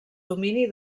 domini